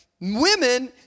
Women